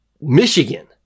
Michigan